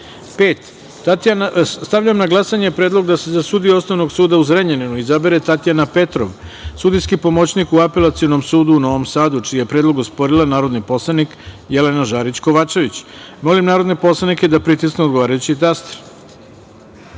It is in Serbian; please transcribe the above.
Stavljam na glasanje predlog da se za sudiju Osnovnog suda u Zrenjaninu izabere Tatjana Petrov, sudijski pomoćnik u Apelacionom sudu u Novom Sadu, čiji je predlog osporila narodni poslanik Jelena Žarić Kovačević. Molim narodne poslanike da pritisnu odgovarajući